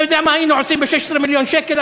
אתה יודע מה היינו עושים ב-16 מיליון שקל,